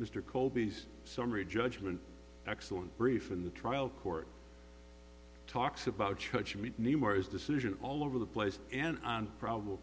mr colby's summary judgment excellent brief in the trial court talks about church made numerous decision all over the place and probable